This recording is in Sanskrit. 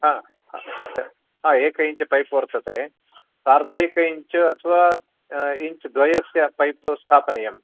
हा सत्यं तत् एक इञ्च् पैप् वर्तते सार्धैक इञ्च् अथवा इञ्च् द्वयस्य पैप् स्थापनीयम्